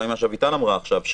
גם ממה שאביטל אמרה עכשיו,